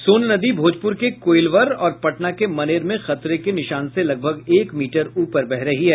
सोन नदी भोजपुर के कोईलवर और पटना के मनेर में खतरे के निशान से लगभग एक मीटर ऊपर बह रही है